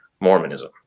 Mormonism